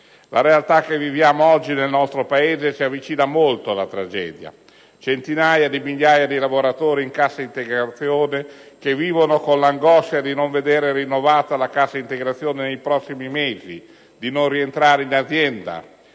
La realtà che viviamo oggi nel nostro Paese si avvicina molto alla tragedia: centinaia di migliaia di lavoratori in cassa integrazione che vivono con l'angoscia di non veder rinnovata la cassa integrazione nei prossimi mesi e di non rientrare in azienda;